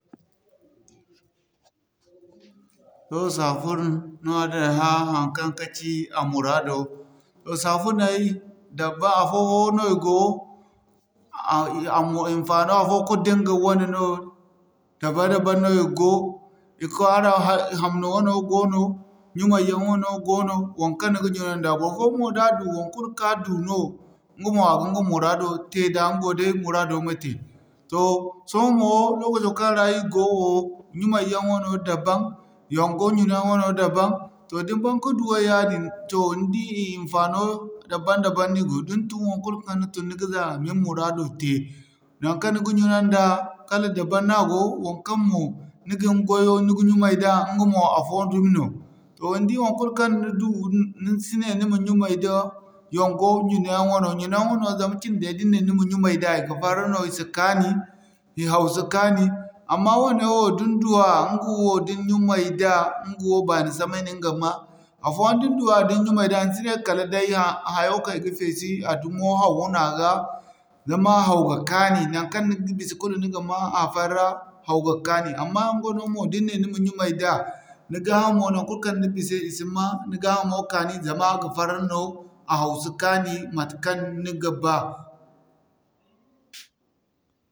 Sohõ safun no araŋ na ay hã haŋkaŋ ka ci a muraadey. Toh safunay dabam afo-fo no i go i hinfaano afo kulu da ɲga wane no dabam-dabam no i go, i kwaara hamni wano goono, ɲumay yaŋ wano goono, waŋkaŋ ni ga ɲunanda barfoyaŋ mo da a du wankul kaŋ a du no ɲga mo a ga ɲga muraado tey da ɲga wo day muraado ma te. Toh sohõ mo lokaco kaŋ ra ir go wo, ɲumay yaŋ wano dabam, yongo ɲuna yaŋ wano dabam. Toh da ni baŋ ka duway yaadin toh ni di i hinfaano dabam-dabam no a go. Da ni tun waŋkul kaŋ ni tun ni ga za kin muraado te. Waŋkaŋ ni ga ɲuna nda kala dabam no a go waŋkaŋ mo ni ga ni gwayo ni ga ɲumay da ɲga mo afo dumi no. Toh ni di waŋkul kaŋ ni du ni si ne ni ma ɲumay da yongo ɲuna yaŋ wano ɲuna yaŋ wano zama cindo da ni ne ni ma ɲumay da i ga farre no i si kaani, i hau si kaani. Amma wane wo da ni duwa ɲgwa wo da ni ɲumay da ɲga wo baani samay no ni ga ma. Afooyaŋ da ni duwa da ni ɲumay da ni si ne kala day hayoo wo kaŋ i ga feesi a dumo hawo no a ga. Zama a hau ga kaani naŋkaŋ ni ga bisa kulu ni ga ma a farra, hau ga kaani. Amma yongo wano mo da ni ne ni ma ɲumay da ni gaa hamo naŋ kulu kaŋ ni bisa i si ma, ni gaa hamo kani zama a ga farre no, a hau si kaani matekaŋ ni ga ba.